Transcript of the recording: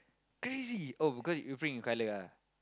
crazy oh because you print in colour ah